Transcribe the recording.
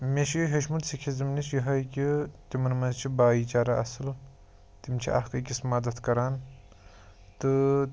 مےٚ چھُ یہِ ہیٚچھمُت سِکھ اِزم نِش یِہٲے کہِ تِمَن منٛز چھِ بھایی چارہ اصٕل تِم چھِ اَکھ أکِس مَدَد کَران تہٕ